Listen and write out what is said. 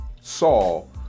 Saul